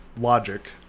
logic